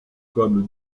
comme